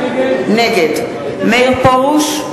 נגד מאיר פרוש,